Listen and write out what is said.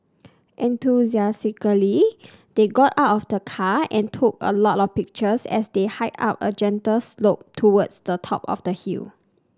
enthusiastically they got out of the car and took a lot of pictures as they hiked up a gentle slope towards the top of the hill